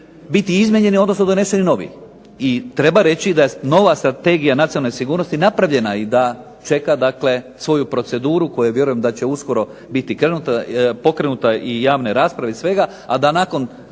biti izmijenjeni odnosno doneseni novi. I treba reći da je nova Strategija nacionalne sigurnosti napravljena i da čeka dakle svoju proceduru koja vjerujem da će biti uskoro pokrenuta i javne rasprave i svega, a da nakon